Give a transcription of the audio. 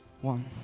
one